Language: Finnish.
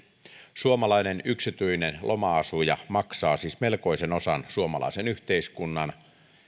suomalainen yksityinen loma asuja maksaa siis melkoisen osan suomalaisen yhteiskunnan